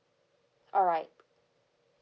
alright